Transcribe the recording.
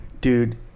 dude